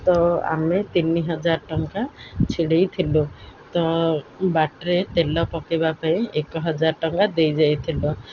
ତ ଆମେ ତିନି ହଜାର ଟଙ୍କା ଛିଡ଼େଇଥିଲୁ ତ ବାଟରେ ତେଲ ପକେଇବା ପାଇଁ ଏକ ହଜାର ଟଙ୍କା ଦେଇଯାଇଥିଲୁ